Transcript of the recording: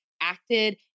acted